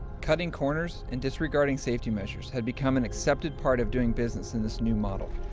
cutting corners and disregarding safety measures had become an accepted part of doing business in this new model,